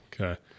Okay